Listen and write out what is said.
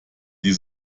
die